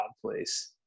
place